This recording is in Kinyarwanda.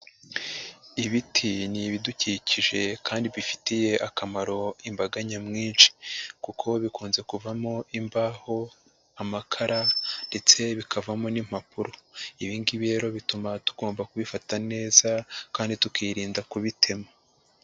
Ibiti ni ibidukikije kandi bifitiye akamaro imbaga nyamwinshi kuko bikunze kuvamo imbaho, amakara, ndetse bikavamo n'impapuro, ibi ngbi rero bituma tugomba kubifata neza kandi tukirinda kubitema.